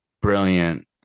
brilliant